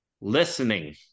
Listening